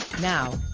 Now